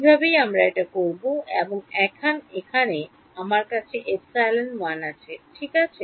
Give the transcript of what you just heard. এইভাবেই আমরা এটা করব এবং এখন এখানে আমার কাছে epsilon 1 আছে ঠিক আছে